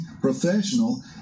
professional